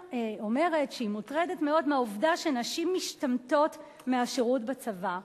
שהיא מוטרדת מאוד מהעובדה שנשים משתמטות מהשירות בצבא.